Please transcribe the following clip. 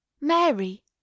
mary